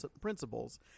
principles